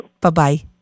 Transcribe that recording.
Bye-bye